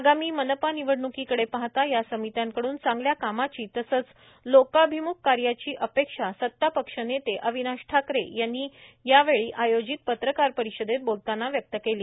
आगामी मनपा निवडणूकीकडे पाहता या समित्यांकडूंन चांगल्या कामाची तसेच लोकाभिम्ख कार्याची अपेक्षा सत्तापक्ष नेते अविनाश ठाकरे यांनी आयोजित यावेळी पत्रकारपरिषदेत केली